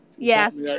Yes